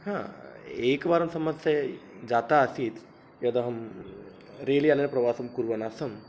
एकवारं सम्मस्ये जाता आसीत् यदहं रेल् यानेन प्रवासं कुर्वन् आसम्